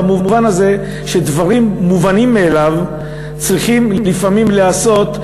במובן הזה שדברים מובנים מאליהם צריכים לפעמים להיעשות,